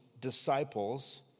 disciples